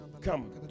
come